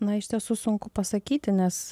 na iš tiesų sunku pasakyti nes